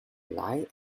lie